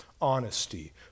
honesty